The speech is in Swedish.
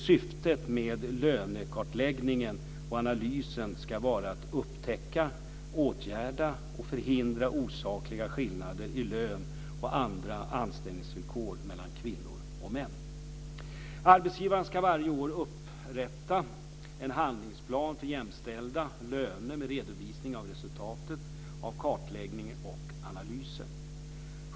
Syftet med lönekartläggningen och analysen ska vara att upptäcka, åtgärda och förhindra osakliga skillnader i lön och andra anställningsvillkor mellan kvinnor och män. Arbetsgivaren ska varje år upprätta en handlingsplan för jämställda löner med redovisning av resultatet av kartläggningen och analysen.